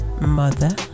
Mother